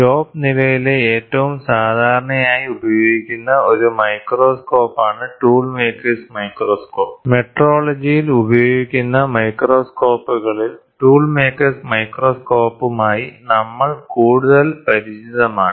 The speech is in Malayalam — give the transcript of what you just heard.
ഷോപ്പ് നിലയിലെ ഏറ്റവും സാധാരണയായി ഉപയോഗിക്കുന്ന ഒരു മൈക്രോസ്കോപ്പാണ് tool maker's microscope Tool Maker's Microscope മെട്രോളജിയിൽ ഉപയോഗിക്കുന്ന മൈക്രോസ്കോപ്പുകളിൽ ടൂൾ മേക്കേഴ്സ് മൈക്രോസ്കോപ്പുമായി നമ്മൾ കൂടുതൽ പരിചിതരാണ്